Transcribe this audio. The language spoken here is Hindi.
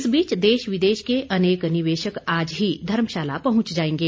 इस बीच देश विदेश के अनेक निवेशक आज ही धर्मशाला पहुंच जाएंगे